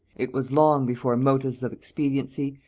it was long before motives of expediency,